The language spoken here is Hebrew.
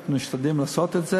אנחנו משתדלים לעשות את זה,